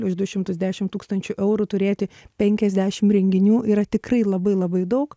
už du šimtus dešimt tūkstančių eurų turėti penkiasdešim renginių yra tikrai labai labai daug